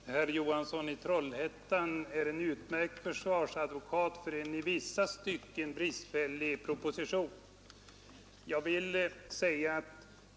Herr talman! Herr Johansson i Trollhättan är en utmärkt försvarsadvokat för en i vissa stycken bristfällig proposition.